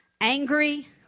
angry